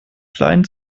klein